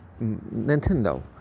Nintendo